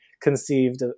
conceived